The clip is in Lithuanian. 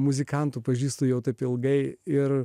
muzikantų pažįstu jau taip ilgai ir